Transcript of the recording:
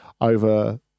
over